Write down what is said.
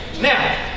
Now